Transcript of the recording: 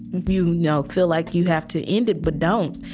you know, feel like you have to end it, but don't.